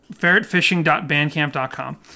Ferretfishing.bandcamp.com